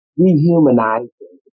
rehumanizing